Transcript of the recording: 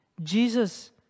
Jesus